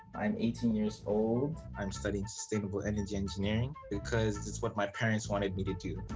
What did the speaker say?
i am eighteen years old. i am studying sustainable energy engineering because it's what my parents wanted me to do.